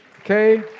Okay